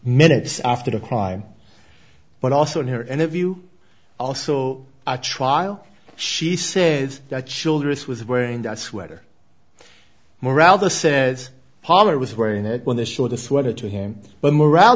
minutes after the crime but also here and if you also a trial she said that childress was wearing that sweater more rather says pollard was wearing it when they showed a sweater to him but morale